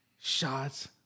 Shots